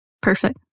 Perfect